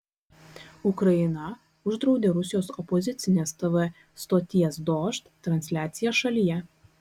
ukraina uždraudė rusijos opozicinės tv stoties dožd transliaciją šalyje